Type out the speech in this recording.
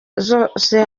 zose